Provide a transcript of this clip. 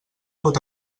pot